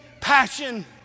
passion